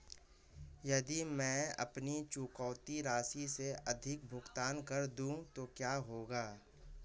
यदि मैं अपनी चुकौती राशि से अधिक भुगतान कर दूं तो क्या होगा?